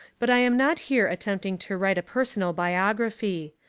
but i am not here attempting to write a personal biography.